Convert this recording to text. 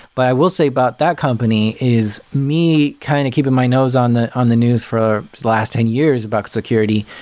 but i will say about that company is me kind of keeping my nose on the on the news for the last ten years about security.